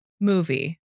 movie